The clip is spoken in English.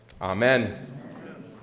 Amen